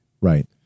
Right